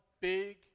big